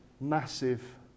massive